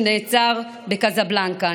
הוא נעצר בקזבלנקה,